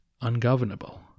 ungovernable